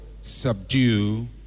Subdue